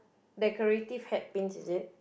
decorative hat pins is it